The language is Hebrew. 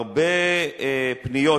הרבה פניות,